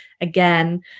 again